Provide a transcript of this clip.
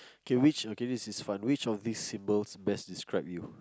okay which okay this is fun which of these symbols best describe you